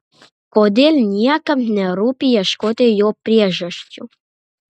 kodėl niekam nerūpi ieškoti jo priežasčių